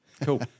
Cool